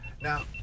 Now